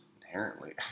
inherently